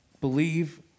believe